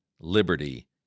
liberty